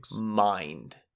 mind